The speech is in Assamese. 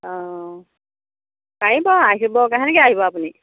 অঁ পাৰিব আহিব কাহানিকৈ আহিব আপুনি